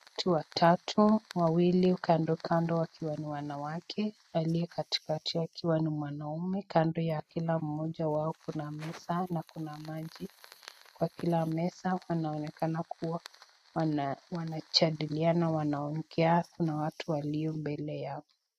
Watu watatu ,wawili kando kando wakiwa ni wanawake, walio katikati wakiwa ni wanaume, kando ya kila moja wao kuna meza na kuna maji kwa kila meza wanaonekana kuwa wanajadiliana wanaongea kuna watu walio mbele yao.